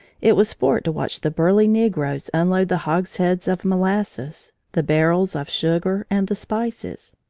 it was sport to watch the burly negroes unload the hogsheads of molasses, the barrels of sugar, and the spices.